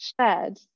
shared